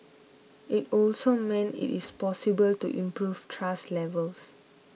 it also means it is possible to improve trust levels